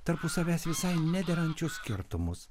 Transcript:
tarpu savęs visai nederančius skirtumus